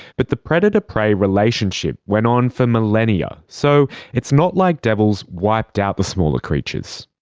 but the predator prey relationship went on for millennia, so it's not like devils wiped out the smaller creatures.